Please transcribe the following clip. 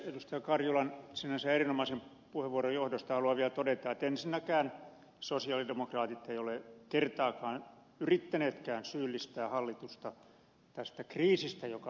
karjulan sinänsä erinomaisen puheenvuoron johdosta haluan vielä todeta että ensinnäkään sosialidemokraatit eivät ole kertaakaan yrittäneetkään syyllistää hallitusta tästä kriisistä joka vallitsee